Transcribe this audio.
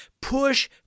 push